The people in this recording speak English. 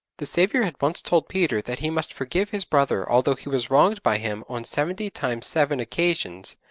the saviour had once told peter that he must forgive his brother although he was wronged by him on seventy-times seven occasions,